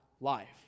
life